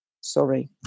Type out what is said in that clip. Sorry